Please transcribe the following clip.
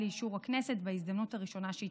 לאישור הכנסת בהזדמנות הראשונה שהתאפשרה,